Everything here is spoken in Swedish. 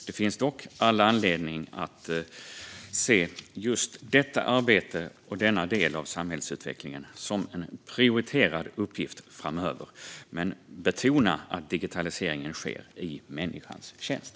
Det finns dock all anledning att se detta arbete och denna del av samhällsutvecklingen som en prioriterad uppgift framöver. Det måste dock betonas att digitaliseringen ska ske i människans tjänst.